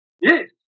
Yes